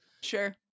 Sure